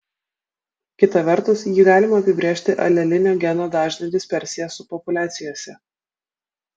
kita vertus jį galima apibrėžti alelinio geno dažnio dispersija subpopuliacijose